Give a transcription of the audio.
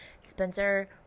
Spencer